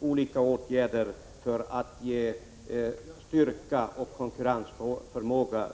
olika åtgärder för att ge den styrka och konkurrensförmåga?